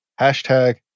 Hashtag